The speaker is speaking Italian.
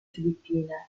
filippine